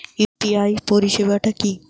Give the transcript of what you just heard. UPI পরিসেবাটা কি?